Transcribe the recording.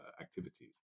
activities